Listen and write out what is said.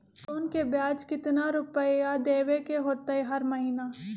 Loan के ब्याज कितना रुपैया देबे के होतइ हर महिना?